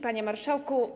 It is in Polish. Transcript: Panie Marszałku!